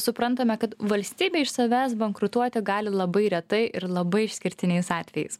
suprantame kad valstybė iš savęs bankrutuoti gali labai retai ir labai išskirtiniais atvejais